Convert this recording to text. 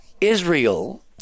israel